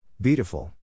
Beautiful